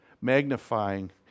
magnifying